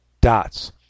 dots